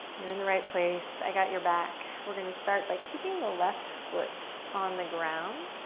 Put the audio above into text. you're in the right place. i got your back. we're gonna start by keeping the left foot on the ground.